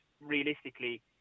realistically